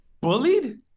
Bullied